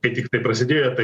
kai tiktai prasidėjo ta